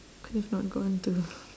could have not gone to